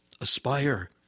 aspire